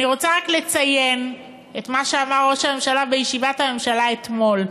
אני רוצה רק לציין את מה שאמר ראש הממשלה בישיבת הממשלה אתמול.